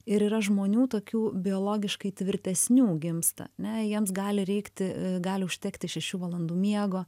ir yra žmonių tokių biologiškai tvirtesnių gimsta ne jiems gali reikti gali užtekti šešių valandų miego